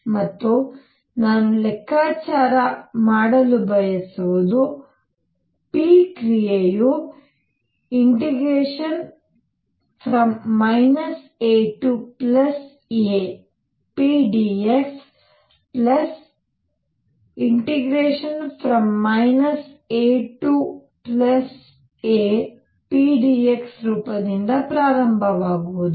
ಮತ್ತು ನಾನು ಲೆಕ್ಕಾಚಾರ ಮಾಡಲು ಬಯಸುವುದು p ಕ್ರಿಯೆಯು AApdx AApdx ರೂಪದಿಂದ ಪ್ರಾರಂಭವಾಗುವುದು